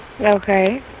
Okay